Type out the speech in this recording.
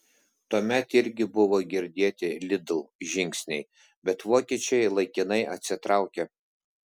tuomet irgi buvo girdėti lidl žingsniai bet vokiečiai laikinai atsitraukė